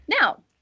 Now